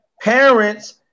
parents